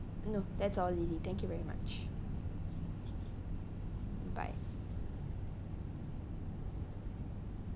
no that's all lily thank you very much bye